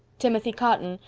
timothy cotton,